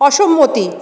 অসম্মতি